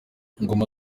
ingoma